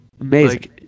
amazing